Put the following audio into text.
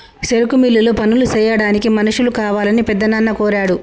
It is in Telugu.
సెరుకు మిల్లులో పనులు సెయ్యాడానికి మనుషులు కావాలని పెద్దనాన్న కోరాడు